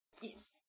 Yes